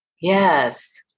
Yes